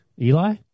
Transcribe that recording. Eli